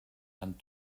and